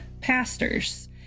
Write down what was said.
pastors